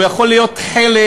הוא יכול להיות חלק,